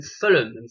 Fulham